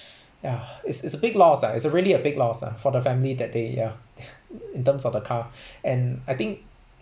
yeah it's it's a big loss lah it's a really a big loss lah for the family that they ya in terms of the car and I think